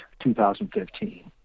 2015